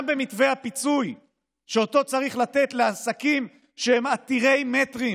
גם במתווה הפיצוי שצריך לתת לעסקים שהם עתירי מטרים,